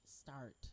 start